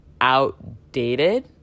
outdated